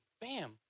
Bam